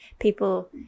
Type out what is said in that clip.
people